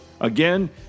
Again